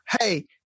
hey